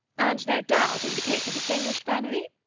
and no doubt indicates a distinguished family?